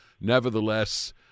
nevertheless